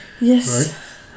Yes